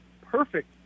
perfect